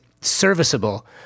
serviceable